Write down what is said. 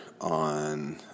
on